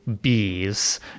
bees